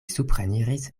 supreniris